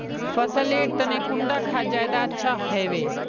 फसल लेर तने कुंडा खाद ज्यादा अच्छा हेवै?